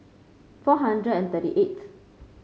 four hundred and thirty eighth